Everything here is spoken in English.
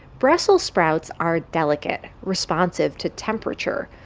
brussels sprouts are delicate, responsive to temperature.